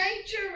nature